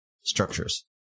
structures